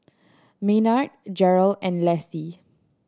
Maynard Jerel and Lassie